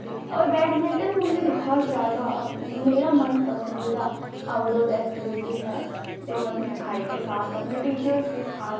और बैडमिन्टन मुझे बहुत ज़्यादा मेरा मनपसन्दीदा आउटडोर एक्टिविटी है जो मैं अपने भाई के साथ अपने टीचर्स के साथ